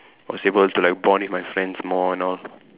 was able to like bond with my friends more and all